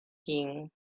king